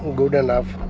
good enough.